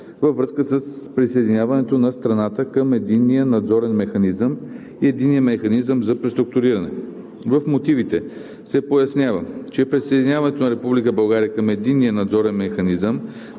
във връзка с присъединяването на страната към Единния надзорен механизъм и Единния механизъм за преструктуриране. В мотивите се пояснява, че присъединяването на Република България към Единния надзорен механизъм